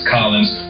Collins